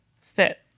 Fit